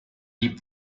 deep